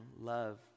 love